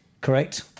Correct